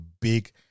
big